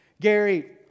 Gary